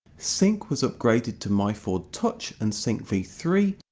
sync was upgraded to myford touch and sync v three,